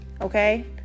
Okay